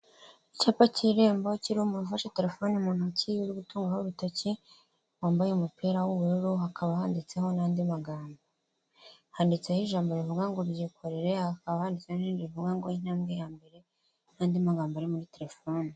Icyapa cy'Irembo kiriho umuntu ufashe telefone mu ntoki uri gutungaho urutoki wambaye umupira w'ubururu hakaba handitsemo n'andi magambo, handitseho ijambo rivuga ngo byikorere hakaba handitseho n'irindi rivuga ngo intambwe ya mbere n'andi magambo ari muri telefone.